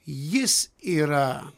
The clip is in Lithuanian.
jis yra